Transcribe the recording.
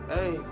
Hey